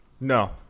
No